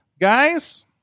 Guys